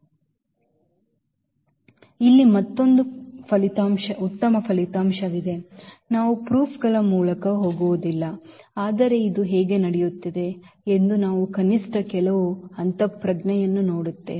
ಇಲ್ಲಿ ಮತ್ತೊಂದು ಉತ್ತಮ ಫಲಿತಾಂಶವಿದೆ ನಾವು proofಗಳ ಮೂಲಕ ಹೋಗುವುದಿಲ್ಲ ಆದರೆ ಇದು ಹೇಗೆ ನಡೆಯುತ್ತಿದೆ ಎಂದು ನಾವು ಕನಿಷ್ಟ ಕೆಲವು ಅಂತಃಪ್ರಜ್ಞೆಯನ್ನು ನೋಡುತ್ತೇವೆ